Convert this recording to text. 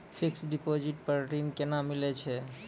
Fixed deposit पर ऋण केना मिलै छै?